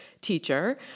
teacher